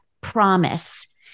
promise